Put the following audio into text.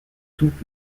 toute